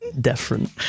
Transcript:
different